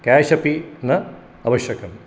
cash अपि न आवश्यकं